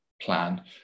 plan